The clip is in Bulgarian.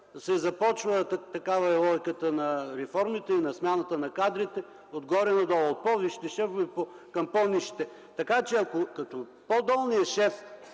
се започва – и такава е логиката на реформите и смяната на кадрите – отгоре-надолу, от по-висшите шефове към по-нисшите. След като по-долният шеф